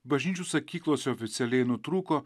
bažnyčių sakyklose oficialiai nutrūko